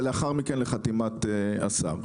ולאחר מכן לחתימת השר.